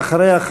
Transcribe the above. ואחריה,